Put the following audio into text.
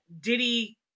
Diddy